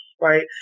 Right